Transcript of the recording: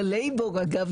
ללייבור אגב,